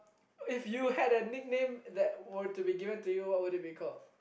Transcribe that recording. if you had a nickname that were to be given to you what would it be called